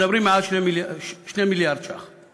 מדברים על מעל 2 מיליארד ש"ח.